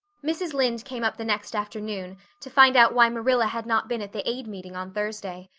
mrs. lynde came up the next afternoon to find out why marilla had not been at the aid meeting on thursday.